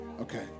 okay